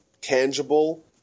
tangible